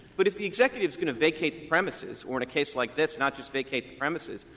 but if the executive is going to vacate premises or, in a case like this, not just vacate the premises,